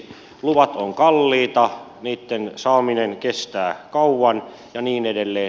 luvat ovat kalliita niitten saaminen kestää kauan ja niin edelleen